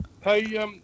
Hey